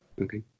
okay